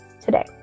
today